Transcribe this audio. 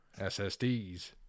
SSDs